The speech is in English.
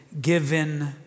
given